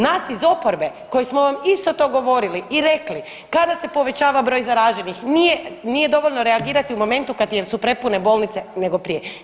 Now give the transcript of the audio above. Nas iz oporbe koji smo vam isto to govorili i rekli kada se povećava broj zaraženih nije dovoljno reagirati u momentu kad su prepune bolnice nego prije.